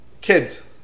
kids